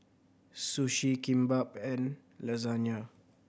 Sushi Kimbap and Lasagne